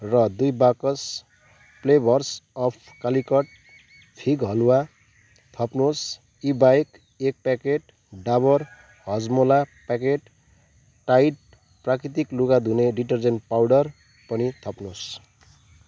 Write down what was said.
र दुई बाकस flavours of Calicut fig halwa थप्नुहोस् यी बाहेक एक packet Dabur Hajmola packet Tide प्राकृतिक लुगा धुने डिटर्जेन्ट पाउडर पनि थप्नुहोस्